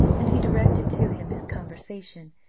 and he directed to him his conversation,